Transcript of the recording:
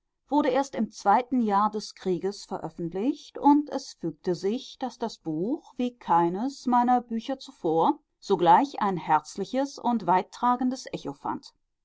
wurde erst im zweiten jahr des krieges veröffentlicht und es fügte sich daß das buch wie keines meiner bücher zuvor sogleich ein herzliches und weittragendes echo fand